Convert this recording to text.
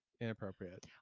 inappropriate